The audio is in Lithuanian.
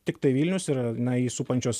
tiktai vilnius ir na jį supančios